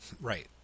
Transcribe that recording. Right